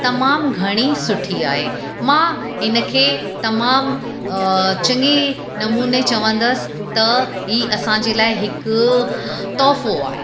तमामु घणी सुठी आहे मां हिनखे तमामु चङे नमूने चवंदसि त ही असांजे लाइ हिकु तोहफ़ो आहे